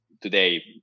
today